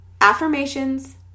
Affirmations